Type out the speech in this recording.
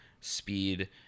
speed